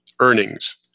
earnings